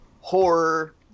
horror